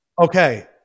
Okay